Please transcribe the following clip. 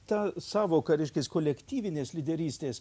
ta sąvoka reiškias kolektyvinės lyderystės